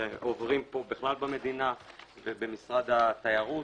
שעוברים פה בכלל במדינה ובמשרד התיירות